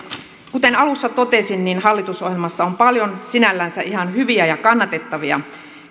kuten alussa totesin hallitusohjelmassa on paljon sinällänsä ihan hyviä ja kannatettavia